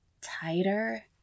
tighter